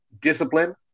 discipline